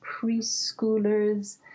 preschoolers